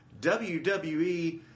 WWE